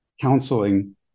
counseling